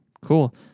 cool